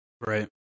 Right